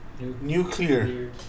Nuclear